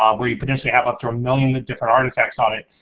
um where you potentially have up to a million different artifacts on it,